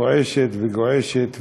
הכנסת רועשת וגועשת,